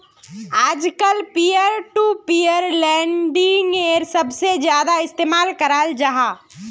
आजकल peer to peer लेंडिंगेर सबसे ज्यादा इस्तेमाल कराल जाहा